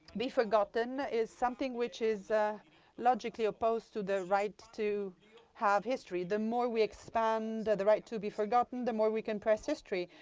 be forgotten is something which is logically opposed to the right to have history. the more we expand the the right to be forgotten, the more we compress history.